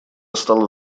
стало